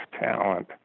talent